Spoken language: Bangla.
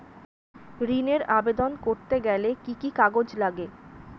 ঋণের আবেদন করতে গেলে কি কি কাগজ লাগে?